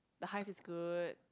the Hive is good